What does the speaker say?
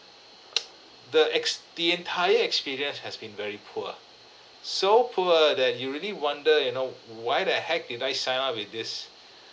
the ex~ the entire experience has been very poor so poor that you really wonder you know why the heck did I sign up with this